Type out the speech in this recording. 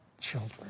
children